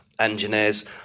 engineers